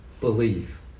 believe